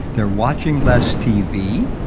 they're watching less tv.